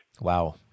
Wow